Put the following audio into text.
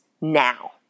now